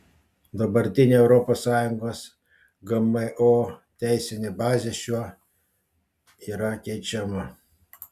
dabartinė europos sąjungos gmo teisinė bazė šiuo yra keičiama